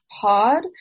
Pod